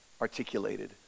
articulated